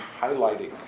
highlighting